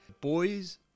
boys